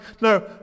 No